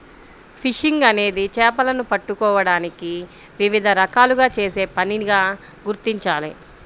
fishing అనేది చేపలను పట్టుకోవడానికి వివిధ రకాలుగా చేసే పనిగా గుర్తించాలి